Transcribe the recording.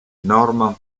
norman